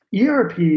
ERP